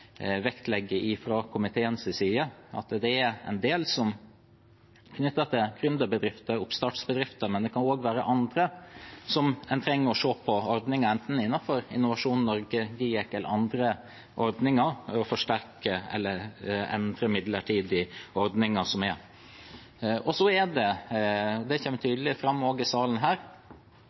vektlegger fra komiteens side at det er en del knyttet til gründerbedrifter og oppstartsbedrifter, men det kan også være andre som en trenger å se på ordninger for, enten innenfor Innovasjon Norge, GIEK eller andre, for å forsterke eller endre midlertidige ordninger. Så er det – det kommer tydelig fram også i salen her